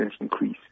increase